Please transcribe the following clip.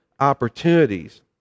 Opportunities